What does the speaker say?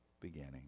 beginning